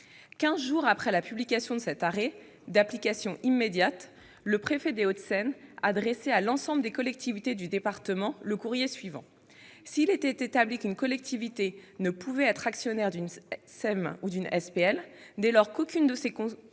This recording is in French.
jours après la publication de l'arrêt du Conseil d'État, d'application immédiate, le préfet des Hauts-de-Seine adressait à l'ensemble des collectivités du département le courrier suivant :«[...] S'il était établi qu'une collectivité ne pouvait être actionnaire d'une SEML ou d'une SPL dès lors qu'aucune de ses compétences